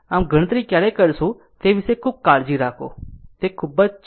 આમ ગણતરી ક્યારે કરશું તે વિશે ખૂબ કાળજી રાખો તે બધુ જ છે